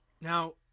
Now